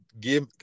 give